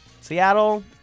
Seattle